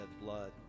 blood